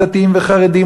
דתיים וחרדים,